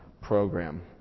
program